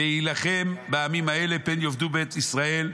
"ואילחם בעמים האלה פן יאבדו בית ישראל,